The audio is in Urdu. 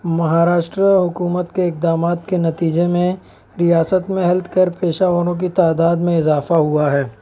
مہاراشٹر حکومت کے اقدامات کے نیتجے میں ریاست میں ہیلتھ کیئر پیشہ وروں تعداد میں اضافہ ہوا ہے